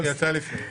היא יצאה לפני.